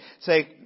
say